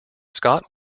scott